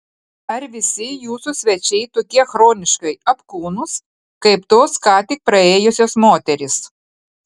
ar visi jūsų svečiai tokie chroniškai apkūnūs kaip tos ką tik praėjusios moterys